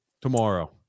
Tomorrow